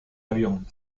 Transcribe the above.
avión